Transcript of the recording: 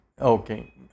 Okay